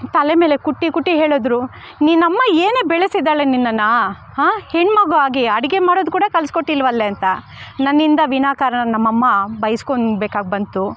ತಲೆ ಮೇಲೆ ಕುಟ್ಟಿ ಕುಟ್ಟಿ ಹೇಳಿದ್ರು ನಿನ್ನಮ್ಮ ಏನೇ ಬೆಳೆಸಿದ್ದಾಳೆ ನಿನ್ನನ್ನು ಹಾ ಹೆಣ್ಮಗು ಆಗಿ ಅಡುಗೆ ಮಾಡೋದು ಕೂಡ ಕಲ್ಸ್ಕೊಟ್ಟಿಲ್ವಲ್ಲೇ ಅಂತ ನನ್ನಿಂದ ವಿನಾ ಕಾರಣ ನಮ್ಮಮ್ಮ ಬೈಸ್ಕೊಳ್ಬೇಕಾಗ್ಬಂತು